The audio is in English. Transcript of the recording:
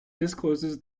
discloses